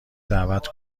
دعوت